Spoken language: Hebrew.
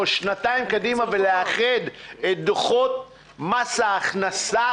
לשנתיים קדימה ולאחד את דוחות מס הכנסה,